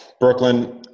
Brooklyn